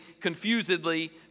confusedly